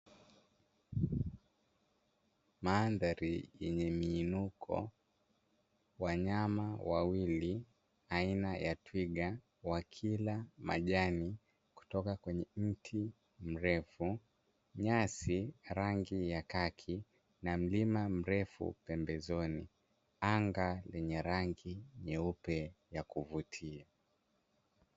Mandhari yenye miinuko, wanyama wawili aina ya Twiga wakila majani kutoka kwenye mti mrefu, nyasi rangi ya kaki na mlima mrefu pembezoni anga lenye rangi nyeupe ya kuvutia.